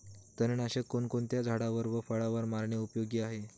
तणनाशक कोणकोणत्या झाडावर व फळावर मारणे उपयोगी आहे?